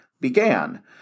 began